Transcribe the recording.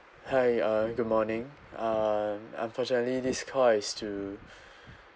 hi uh good morning uh unfortunately this call is to